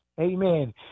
amen